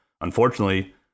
unfortunately